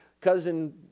cousin